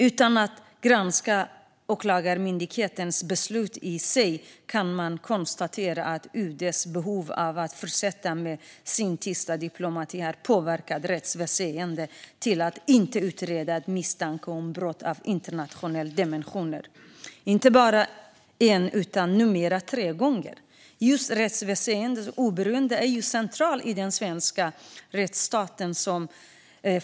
Utan att granska Åklagarmyndighetens beslut i sig kan man konstatera att UD:s behov av att fortsätta med sin tysta diplomati har påverkat rättsväsendet att inte utreda ett misstänkt brott av internationella dimensioner, inte bara en utan numera tre gånger. Just rättsväsendets oberoende är centralt i den svenska rättsstaten.